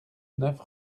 neuf